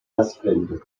asfeld